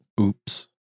Oops